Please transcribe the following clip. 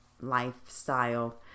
lifestyle